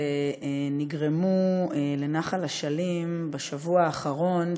שנגרמו לנחל אשלים בשבוע האחרון.